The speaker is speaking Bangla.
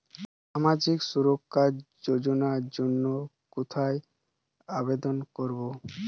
সামাজিক সুরক্ষা যোজনার জন্য কোথায় আবেদন করব?